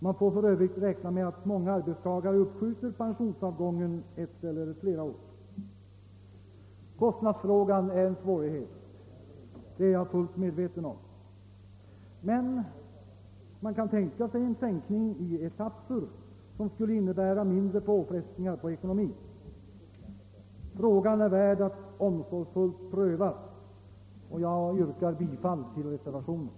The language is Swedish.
Man får för övrigt räkna med att många arbetstagare uppskjuter pensionsavgången ett eller flera år. Kostnadsfrågan är en svårighet, det är jag fullt medveten om. Men man kan tänka sig en sänkning i etapper som skulle innebära mindre påfrestningar på ekonomin. Frågan är värd att omsorgsfullt prövas, och jag yrkar bifall till reservationen.